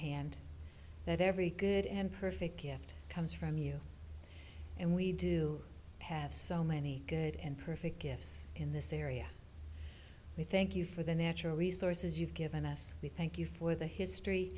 hand that every good and perfect gift comes from you and we do have so many good and perfect gifts in this area we thank you for the natural resources you've given us we thank you for the history